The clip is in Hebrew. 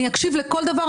אני אקשיב לכל דבר,